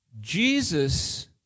Jesus